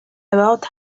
about